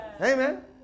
Amen